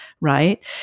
right